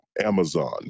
Amazon